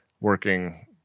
working